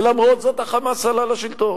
ולמרות זאת ה"חמאס" עלה לשלטון